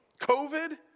COVID